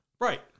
Right